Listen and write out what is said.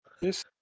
Yes